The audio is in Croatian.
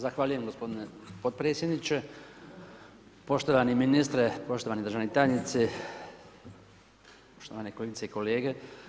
Zahvaljujem gospodine podpredsjedniče, poštovani ministre, poštovani državni tajnici, poštovane kolegice i kolege.